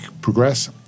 progress